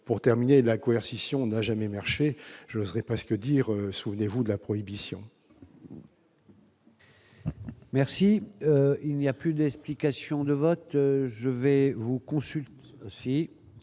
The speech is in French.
pour terminer la coercition n'a jamais chez je parce que dire : souvenez-vous de la prohibition. Merci, il n'y a plus d'explications de vote, je vais vous consulter